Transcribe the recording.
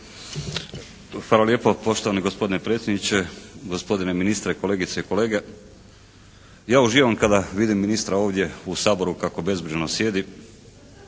Hvala lijepo poštovani gospodine predsjedniče, gospodine ministre, kolegice i kolege. Ja uživam kada vidim ministra ovdje u Saboru kako bezbrižno sjedi,